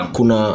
Kuna